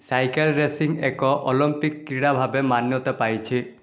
cycle racing ଏକ Olympic କ୍ରୀଡ଼ା ଭାବେ ମାନ୍ୟତା ପାଇଛି